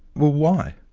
well why?